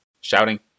shouting